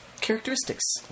characteristics